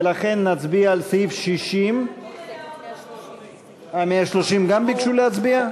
ולכן נצביע על סעיף 60, אה, 130 גם ביקשו להצביע?